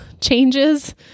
changes